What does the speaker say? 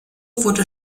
wurde